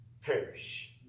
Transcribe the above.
perish